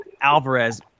Alvarez